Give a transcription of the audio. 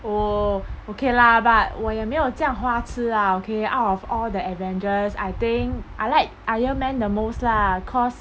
oh okay lah but 我也没有这样花痴 lah okay out of all the avengers I think I like iron man the most lah cause